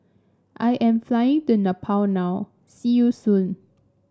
I am flying to Nepal now see you soon